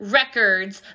records